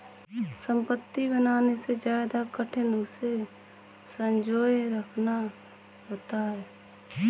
संपत्ति बनाने से ज्यादा कठिन उसे संजोए रखना होता है